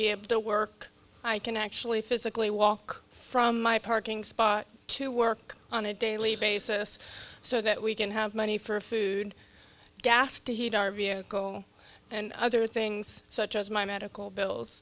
be able to work i can actually physically walk from my parking spot to work on a daily basis so that we can have money for food gas to heat our vehicle and other things such as my medical